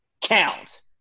count